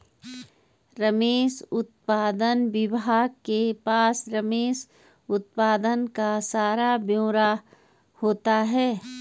रेशम उत्पादन विभाग के पास रेशम उत्पादन का सारा ब्यौरा होता है